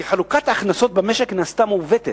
כי חלוקת ההכנסות במשק נעשתה מעוותת.